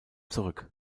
zurück